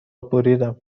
بریدم